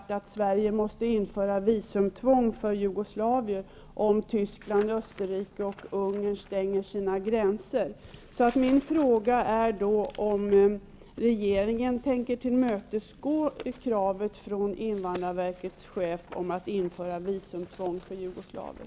Tyskland, Österrike och Ungern stänger sina gränser. Min fråga är då om regeringen tänker tillmötesgå kravet från invandrarverkets chef på att införa visumtvång för jugoslaver.